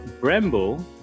Brembo